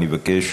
אני מבקש